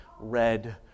red